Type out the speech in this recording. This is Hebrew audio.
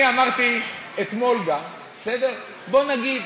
אני אמרתי אתמול גם: בואו נגיד,